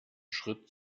schritt